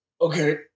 Okay